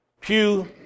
pew